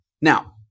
Now